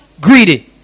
greedy